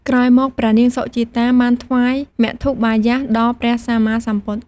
ក្រោយមក ព្រះនាងសុជាតា បានថ្វាយមធុបាយាសដល់ព្រះសម្មាសម្ពុទ្ធ។